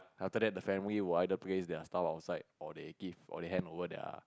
after that the family will either place their stuff outside or they give or they hand over their